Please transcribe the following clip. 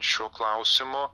šiuo klausimu